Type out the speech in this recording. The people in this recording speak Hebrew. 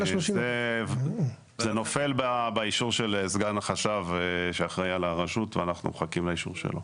זה נופל באישור של סגן החשב שאחראי על הרשות ואנחנו מחכים לאישור שלו.